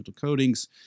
coatings